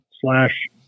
slash